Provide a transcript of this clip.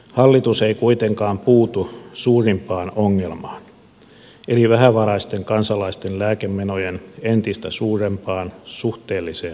hallitus ei kuitenkaan puutu suurimpaan ongelmaan eli vähävaraisten kansalaisten lääkemenojen entistä suurempaan suhteelliseen kasvuun